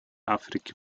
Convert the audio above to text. африки